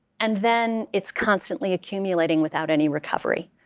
and then it's constantly accumulating without any recovery,